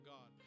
God